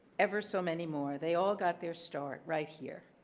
ever so many more they all got their start right here.